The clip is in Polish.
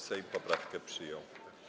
Sejm poprawkę przyjął.